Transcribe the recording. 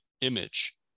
image